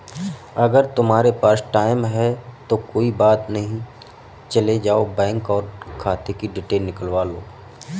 अगर तुम्हारे पास टाइम है तो कोई बात नहीं चले जाओ बैंक और खाते कि डिटेल निकलवा लो